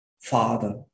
father